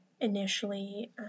initially